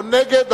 או נגד.